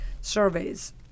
surveys